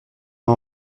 met